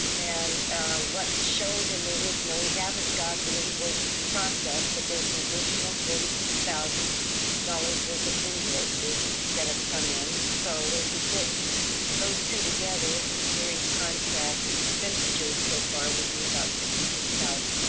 and what showed in there original, we haven't got the invoices process, but there's an additional forty six thousand dollars worth of invoices that have come in. so if you put those two together, mr. ewing's contract expenditure so far would be about sixty six thousand.